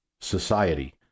society